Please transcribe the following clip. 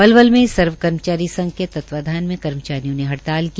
पलवल में सर्व कर्मचारी संघ के तत्वाधान में कर्मचारियों ने हड़ताल की